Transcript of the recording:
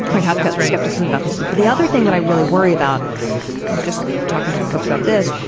i'd have cause for skepticism about this. but the other thing that i really worry about was just talking and folks about this.